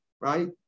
right